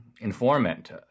informant